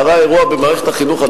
קרה אירוע במערכת החינוך,